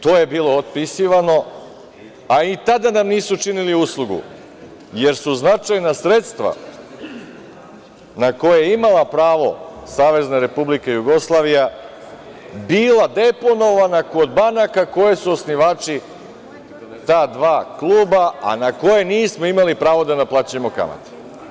To je bilo otpisivano, a i tada nam nisu činili uslugu, jer su značajna sredstva na koja je imala pravo Savezna Republika Jugoslavija bila deponovana kod banaka koje su osnivači ta dva kluba, a na koje nismo imali pravo da naplaćujemo kamate.